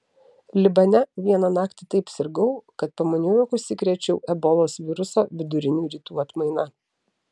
libane vieną naktį taip sirgau kad pamaniau jog užsikrėčiau ebolos viruso vidurinių rytų atmaina